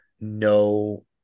no